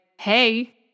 hey